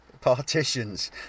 partitions